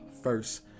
First